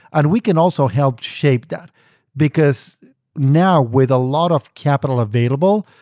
and we can also help shape that because now, with a lot of capital available,